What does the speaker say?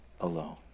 alone